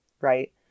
right